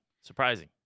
Surprising